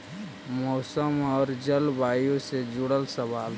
मौसम और जलवायु से जुड़ल सवाल?